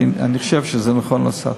כי אני חושב שזה נכון לעשות.